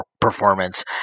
performance